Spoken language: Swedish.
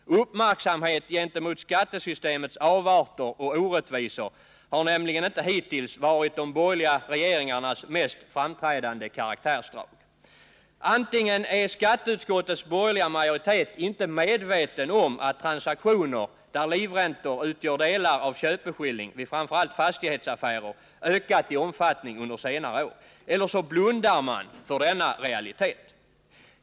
Uppmärksamhet gentemot skattesystemets avarter och orättvisor har nämligen inte hittills varit de borgerliga regeringarnas mest framträdande karaktärsdrag. Antingen är skatteutskottets borgerliga majoritet inte medveten om att transaktioner där livräntor utgör delar av köpeskilling vid framför allt fastighetsaffärer ökat i omfattning under senare år, eller också blundar man för denna realitet.